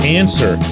answer